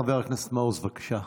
חבר הכנסת מעוז, בבקשה.